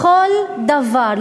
לכל דבר,